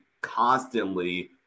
constantly